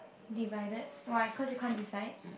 divided why cause you can't decide